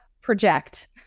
project